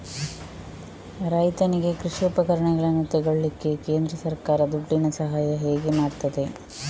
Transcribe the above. ರೈತನಿಗೆ ಕೃಷಿ ಉಪಕರಣಗಳನ್ನು ತೆಗೊಳ್ಳಿಕ್ಕೆ ಕೇಂದ್ರ ಸರ್ಕಾರ ದುಡ್ಡಿನ ಸಹಾಯ ಹೇಗೆ ಮಾಡ್ತದೆ?